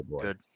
good